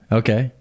okay